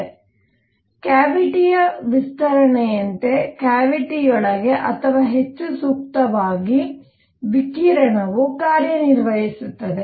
ಆದ್ದರಿಂದ ಕ್ಯಾವಿಟಿಯ ವಿಸ್ತರಣೆಯಂತೆ ಕ್ಯಾವಿಟಿಯೊಳಗೆ ಅಥವಾ ಹೆಚ್ಚು ಸೂಕ್ತವಾಗಿ ವಿಕಿರಣವು ಕಾರ್ಯನಿರ್ವಹಿಸುತ್ತದೆ